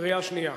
בקריאה שנייה.